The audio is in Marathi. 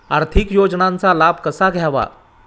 आर्थिक योजनांचा लाभ कसा घ्यावा?